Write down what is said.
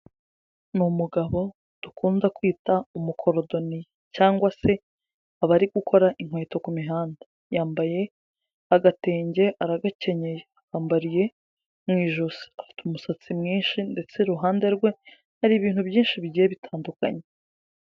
Ni umugabo dukunda kwita umukorodoniya cyangwa se abari gukora inkweto ku mihanda, yambaye agatenge aragakenyeye yambariye mu ijosi afite umusatsi mwinshi ndetse iruhande rwe hari ibintu byinshi bigiye bitandukanye.